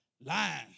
Lying